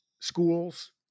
schools